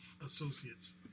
associates